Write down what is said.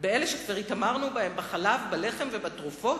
באלה שכבר התעמרנו בהם בחלב, בלחם ובתרופות?